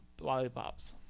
lollipops